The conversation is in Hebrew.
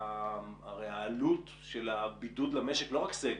הרי העלות של הבידוד למשק, לא רק סגר,